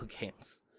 games